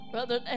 Brother